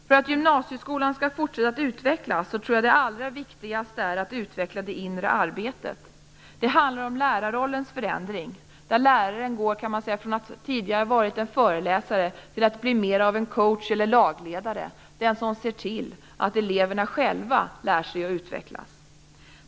För att gymnasieskolan skall fortsätta att utvecklas, tror jag att det allra viktigaste är att utveckla det inre arbetet. Det handlar om lärarrollens förändring, där läraren går från att tidigare ha varit en föreläsare till att bli mer av en coach eller lagledare, den som ser till att eleverna själva lär sig att utvecklas.